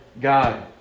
God